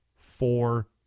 four